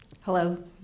Hello